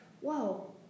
whoa